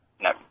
No